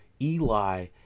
Eli